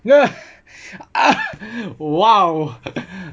ugh ah !wow!